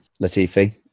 Latifi